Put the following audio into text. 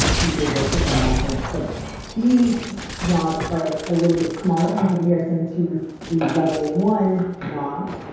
he's able to put them back in. but these knobs are a little bit smaller in comparison to the level one knobs.